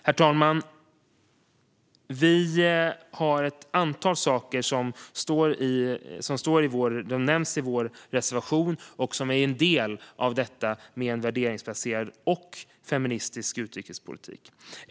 Herr talman! Vi nämner ett antal saker i vår reservation som är en del av detta med en värderingsbaserad och feministisk utrikespolitik.